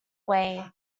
away